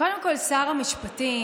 קודם כול, שר המשפטים,